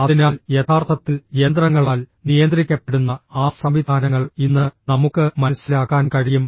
അതിനാൽ യഥാർത്ഥത്തിൽ യന്ത്രങ്ങളാൽ നിയന്ത്രിക്കപ്പെടുന്ന ആ സംവിധാനങ്ങൾ ഇന്ന് നമുക്ക് മനസ്സിലാക്കാൻ കഴിയും